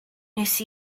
nes